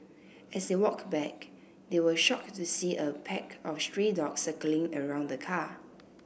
as they walked back they were shocked to see a pack of stray dogs circling around the car